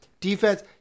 defense